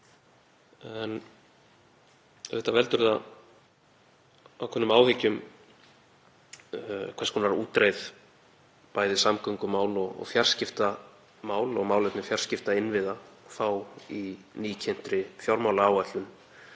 En auðvitað veldur það ákveðnum áhyggjum hvers konar útreið bæði samgöngumál og fjarskiptamál og málefni fjarskiptainnviða hafa fengið í nýkynntri fjármálaáætlun